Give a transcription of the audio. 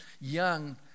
young